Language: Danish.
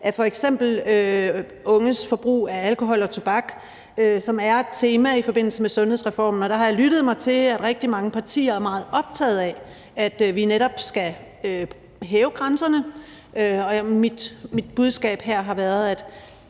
af f.eks. unges forbrug af alkohol og tobak, som er et tema i forbindelse med sundhedsreformen. Og der har jeg lyttet mig til, at rigtig mange partier er meget optaget af, at vi netop skal hæve grænserne, og mit budskab her har været, at